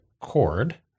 cord